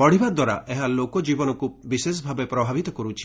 ବଢ଼ିବା ଦ୍ୱାରା ଏହା ଲୋକଜୀବନକୁ ବିଶେଷଭାବେ ପ୍ରଭାବିତ କରୁଛି